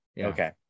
Okay